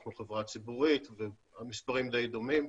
אנחנו חברה ציבורית והמספרים די דומים.